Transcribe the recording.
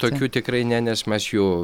tokių tikrai ne nes mes jų